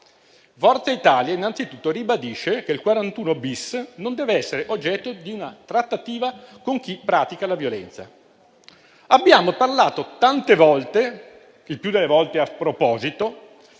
Forza Italia innanzitutto ribadisce che il 41-*bis* non deve essere oggetto di una trattativa con chi pratica la violenza. Abbiamo parlato tante volte - il più delle volte a proposito